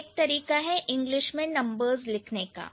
यह एक तरीका है इंग्लिश में नंबर्स लिखने का